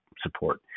support